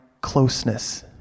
closeness